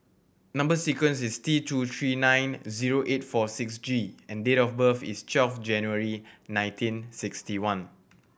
number sequence is T two three nine zero eight four six G and date of birth is twelve January nineteen sixty one